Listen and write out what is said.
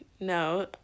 no